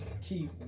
keep